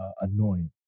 annoying